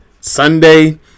Sunday